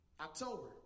October